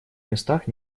местах